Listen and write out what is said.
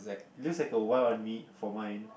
looks like a Y on me for mine